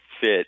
fit